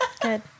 good